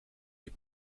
des